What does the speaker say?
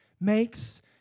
makes